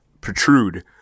protrude